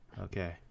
okay